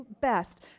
best